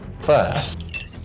first